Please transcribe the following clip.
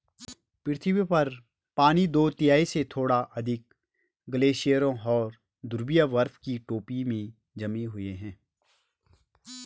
पृथ्वी पर पानी दो तिहाई से थोड़ा अधिक ग्लेशियरों और ध्रुवीय बर्फ की टोपी में जमे हुए है